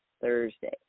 Thursday